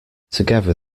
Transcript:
together